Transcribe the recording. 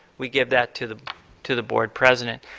would give that to the to the board president.